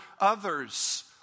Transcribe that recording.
others